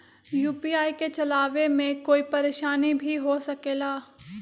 UPI के चलावे मे कोई परेशानी भी हो सकेला?